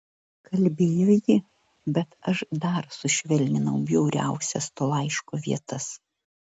kalbėjo ji bet aš dar sušvelninau bjauriausias to laiško vietas